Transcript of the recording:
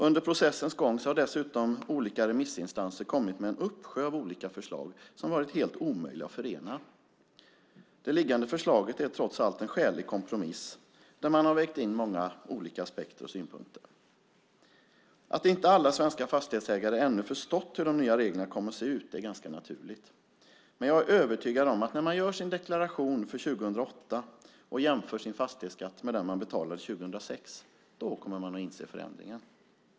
Under processens gång har dessutom olika remissinstanser kommit med en uppsjö av olika förslag som har varit helt omöjliga att förena. Det föreliggande förslaget är trots allt en skälig kompromiss, där man har vägt in många olika aspekter och synpunkter. Att inte alla svenska fastighetsägare ännu har förstått hur de nya reglerna kommer att se ut är ganska naturligt. Men jag är övertygad om att när man gör sin deklaration för 2008 och jämför sin fastighetsskatt med den man betalade för 2006 kommer man att inse förändringen.